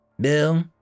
Bill